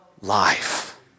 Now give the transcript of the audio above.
life